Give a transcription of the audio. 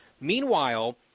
Meanwhile